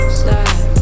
slide